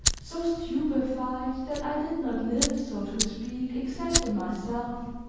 so stupefied, that i did not live, so to speak, except in myself,